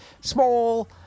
Small